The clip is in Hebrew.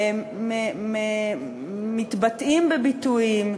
מתבטאים בביטויים,